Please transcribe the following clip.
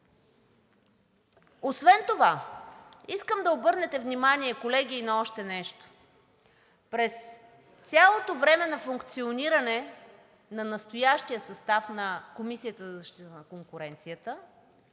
Освен това искам да обърнете внимание, колеги, и на още нещо. През цялото време на функциониране на настоящия състав на Комисията за защита на конкуренцията,